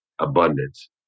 abundance